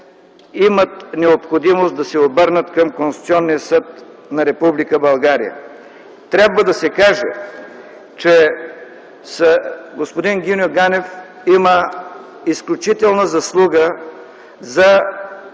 имат необходимост да се обърнат към Конституционния съд на Република България. Трябва да се каже, че господин Гиньо Ганев има изключителна заслуга за